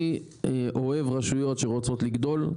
אני אוהב רשויות שרוצות לגדול,